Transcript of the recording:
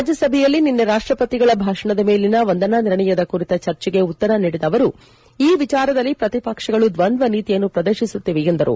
ರಾಜ್ಸಭೆಯಲ್ಲಿ ನಿನ್ನೆ ರಾಷ್ಪಪತಿಗಳ ಭಾಷಣದ ಮೇಲಿನ ವಂದನಾ ನಿರ್ಣಯ ಕುರಿತ ಚರ್ಚೆಗೆ ಉತ್ತರ ನೀಡಿದ ಅವರು ಈ ವಿಚಾರದಲ್ಲಿ ಪ್ರತಿಪಕ್ಷಗಳು ದ್ವಂದ್ವ ನೀತಿಯನ್ನು ಪ್ರದರ್ಶಿಸುತ್ತಿವೆ ಎಂದರು